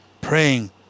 praying